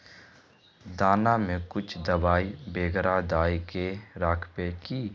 दाना में कुछ दबाई बेगरा दय के राखबे की?